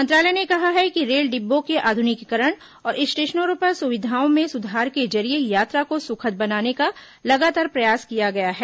मंत्रालय ने कहा है कि रेल डिब्बो के आध्निकीकरण और स्टेशनों पर सुविधाओं में सुधार के जरिए यात्रा को सुखद बनाने का लगातार प्रयास किया गया है